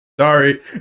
sorry